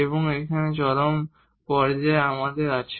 এবং এই চরম পর্যায়ে আমাদের আছে